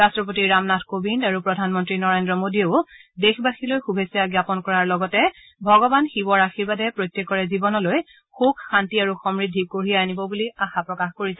ৰাট্টপতি ৰামনাথ কোবিন্দ আৰু প্ৰধানমন্ত্ৰী নৰেন্দ্ৰ মোদীয়েও দেশবাসীলৈ শুভেচ্ছা জ্ঞাপন কৰাৰ লগতে ভগৱান শিৱৰ আশীৰ্বাদে প্ৰত্যেকৰে জীৱনলৈ সুখ শান্তি আৰু সমৃদ্ধি কঢ়িয়াই আনিব বুলি আশা প্ৰকাশ কৰিছে